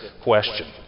question